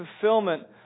fulfillment